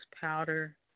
powder